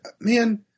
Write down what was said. man